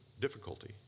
difficulty